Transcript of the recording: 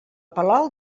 palol